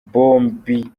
bombi